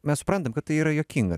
mes suprantam kad tai yra juokinga